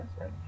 right